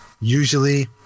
Usually